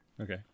Okay